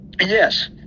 Yes